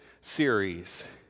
series